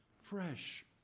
fresh